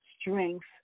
strength